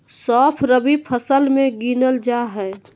सौंफ रबी फसल मे गिनल जा हय